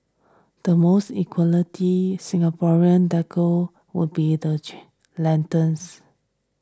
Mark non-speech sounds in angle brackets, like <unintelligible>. the most equality Singaporean decor would be the <unintelligible> lanterns